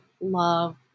love